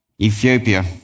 Ethiopia